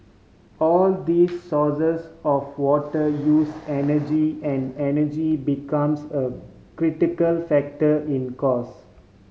all these sources of water use energy and energy becomes a critical factor in cost